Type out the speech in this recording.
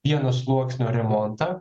vieno sluoksnio remontą